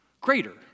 greater